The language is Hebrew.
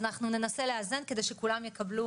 ננסה לאזן כדי שכולם יקבלו